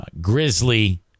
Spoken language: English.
grizzly